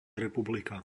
republika